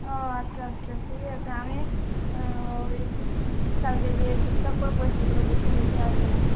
হ্যাঁ আচ্ছা আচ্ছা ঠিক আছে আমি ওই কালকে গিয়ে ঠিকঠাক করে পরিষ্কার করে গুছিয়ে রেখে আসবোখন